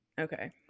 Okay